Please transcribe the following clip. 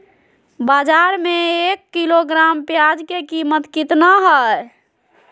बाजार में एक किलोग्राम प्याज के कीमत कितना हाय?